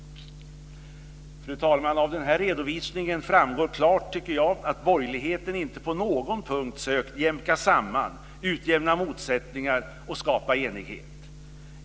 Fru talman! Av den här redovisningen framgår klart att borgerligheten inte på någon punkt sökt jämka samman, utjämna motsättningar och skapa enighet.